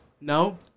no